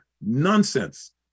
nonsense